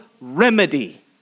remedy